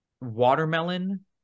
watermelon